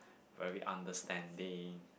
very understanding